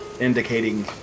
indicating